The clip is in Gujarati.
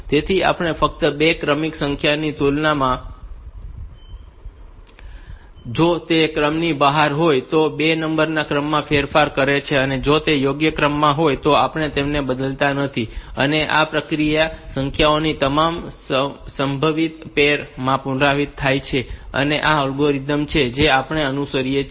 તેથી આપણે ફક્ત 2 ક્રમિક સંખ્યાઓની તુલના કરીએ છીએ અને જો તે ક્રમની બહાર હોય તો તે 2 નંબરોના ક્રમમાં ફેરફાર કરે છે અને જો તે યોગ્ય ક્રમમાં હોય તો આપણે તેમને બદલતા નથી અને આ પ્રક્રિયા સંખ્યાઓની તમામ સંભવિત પૅર માટે પુનરાવર્તિત થાય છે અને તે આ એલ્ગોરિધમ છે જે આપણે અનુસરીએ છીએ